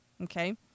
okay